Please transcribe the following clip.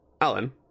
Alan